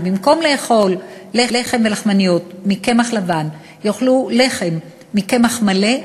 שבמקום לאכול לחם ולחמניות מקמח לבן יאכלו לחם מקמח מלא,